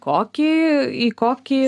kokį į kokį